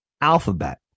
Alphabet